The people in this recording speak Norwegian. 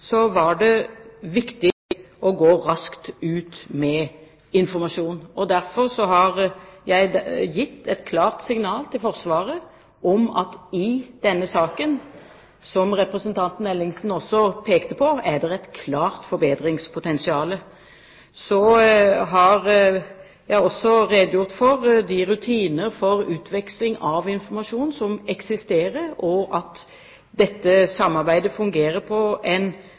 var det viktig å gå raskt ut med informasjon. Derfor har jeg gitt et klart signal til Forsvaret om at det i denne saken, som representanten Ellingsen også pekte på, er et klart forbedringspotensial. Jeg har også redegjort for de rutiner for utveksling av informasjon som eksisterer, at dette samarbeidet fungerer på